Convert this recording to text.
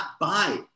buy